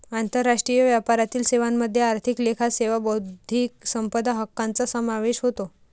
आंतरराष्ट्रीय व्यापारातील सेवांमध्ये आर्थिक लेखा सेवा बौद्धिक संपदा हक्कांचा समावेश होतो